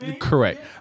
Correct